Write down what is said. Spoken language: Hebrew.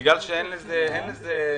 בגלל שאין לזה תקציב,